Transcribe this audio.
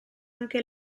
anche